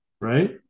Right